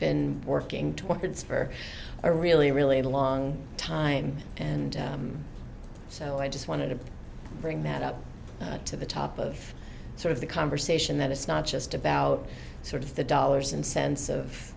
been working towards for a really really long time and so i just wanted to bring that up to the top of sort of the conversation that it's not just about sort of the dollars and cents of